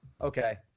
Okay